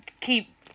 keep